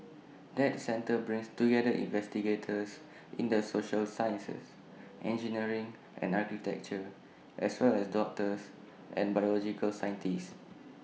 that centre brings together investigators in the social sciences engineering and architecture as well as doctors and biological scientists